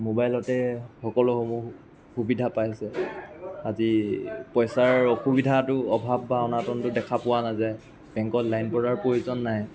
মোবাইলতে সকলোসমূহ সুবিধা পাইছে আজি পইচাৰ অসুবিধাটো অভাৱ বা অনাতনটো দেখা পোৱা নাযায় বেংকত লাইন পতাৰ প্ৰয়োজন নাই